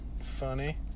funny